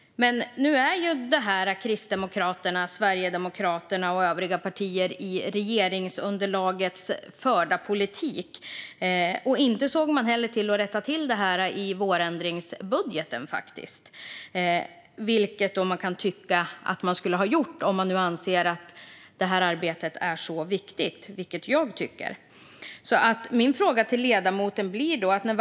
Kristdemokraterna, Sverigedemokraterna och övriga partier i regeringsunderlaget för dock denna politik, och de rättade inte heller till det i vårändringsbudgeten, vilket de borde ha gjort om de liksom jag anser att detta arbete är viktigt.